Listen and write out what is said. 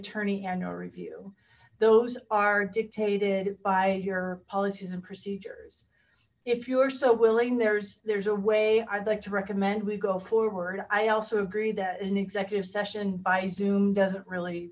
attorney and no review those are dictated by your policies and procedures if you are so willing there's there's a way i'd like to recommend we go forward i also agree that as an executive session by xoom doesn't really